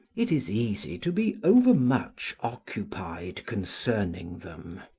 it is easy to be overmuch occupied concerning them.